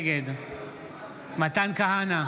נגד מתן כהנא,